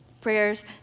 prayers